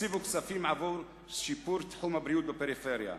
הקציבו כספים לשיפור תחום הבריאות בפריפריה.